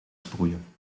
sproeien